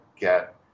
get